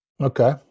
Okay